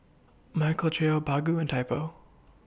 Michael Trio Baggu and Typo